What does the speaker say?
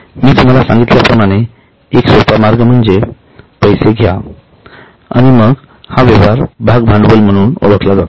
मी तुम्हाला सांगितल्या प्रमाणे एक सोपा मार्ग म्हणजे पैसे घ्या आणि त्यांना मग हा व्यवहार भाग भांडवल म्हणून ओळखला जातो